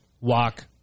Walk